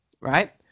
right